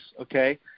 okay